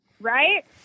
Right